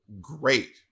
great